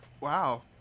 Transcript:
Wow